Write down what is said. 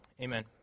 Amen